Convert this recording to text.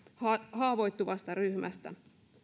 haavoittuvasta ryhmästä